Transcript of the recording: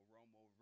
Romo